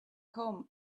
home